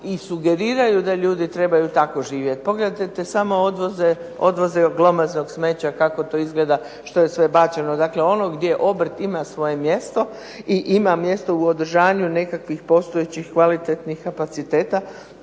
i sugeriraju da ljudi trebaju tako živjeti. Pogledajte samo te odvoze glomaznog smeća, kako to izgleda, što je sve bačeno. Dakle, ono gdje obrt ima svoje mjesto i ima mjesto u održanju nekakvih postojećih kvalitetnih kapaciteta